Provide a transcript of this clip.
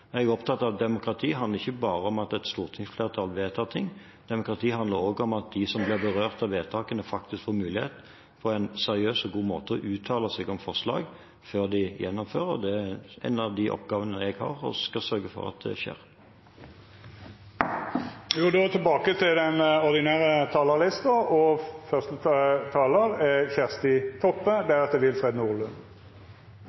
Jeg er opptatt av at demokrati ikke bare handler om at et stortingsflertall vedtar ting, demokrati handler også om at de som blir berørt av vedtakene, på en seriøs og god måte får mulighet til å uttale seg om forslag før de iverksettes. Det er en av de oppgavene jeg har – å sørge for at det skjer. Replikkordskiftet er omme. Dei talarane som heretter får ordet, har ei taletid på inntil 3 minutt. Eg må ha ein kommentar til